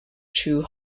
chu